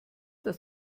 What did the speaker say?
dass